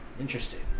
Interesting